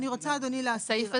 אני רוצה להסביר, אדוני.